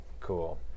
Cool